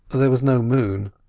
there was no moon,